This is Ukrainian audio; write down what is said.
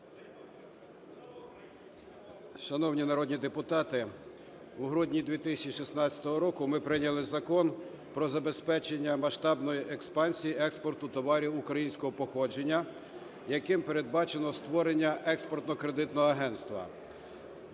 Шановні народні депутати, у грудні 2016 року ми прийняли Закон про забезпечення масштабної експансії експорту товарів українського походження, яким передбачено створення Експортно-кредитного агентства.